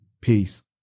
Peace